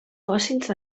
fòssils